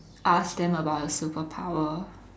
ask them about superpower